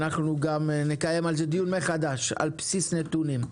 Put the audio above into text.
נקיים דיון מחדש על בסיס נתונים,